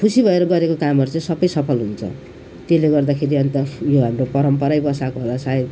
अब खुसी भएर गरेको कामहरू चाहिँ सबै सफल हुन्छ त्यसले गर्दाखेरि अन्त उयो हाम्रो परम्परै बसाएको होला सायद